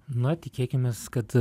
na tikėkimės kad